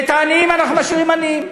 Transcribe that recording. את העניים אנחנו משאירים עניים,